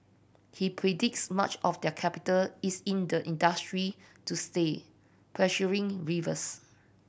he predicts much of their capital is in the industry to stay pressuring rivals